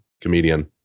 comedian